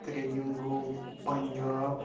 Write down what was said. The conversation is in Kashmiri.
ترٛیِم گوٚو پَنجاب